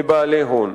לבעלי הון.